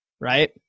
right